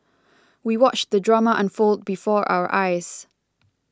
we watched the drama unfold before our eyes